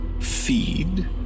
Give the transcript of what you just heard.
Feed